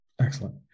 Excellent